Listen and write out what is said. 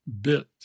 bit